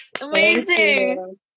Amazing